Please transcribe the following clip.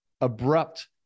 abrupt